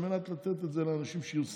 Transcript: על מנת לתת אותם לאנשים שיהיו שרים.